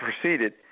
proceeded